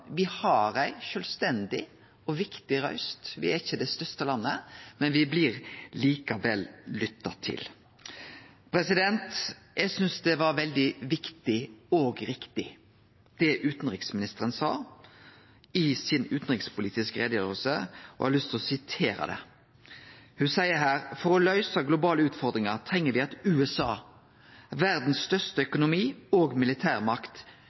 har ei sjølvstendig og viktig røyst. Me er ikkje det største landet, men me blir likevel lytta til. Eg synest det var veldig viktig og riktig det utanriksministeren sa i si utanrikspolitiske utgreiing, og eg har lyst til å sitere det. Ho seier her: «For å løse globale utfordringer, trenger vi at USA – verdens største økonomi og militærmakt